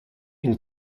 une